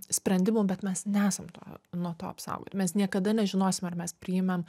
sprendimų bet mes nesam to nuo to apsaugoti mes niekada nežinosim ar mes priėmėm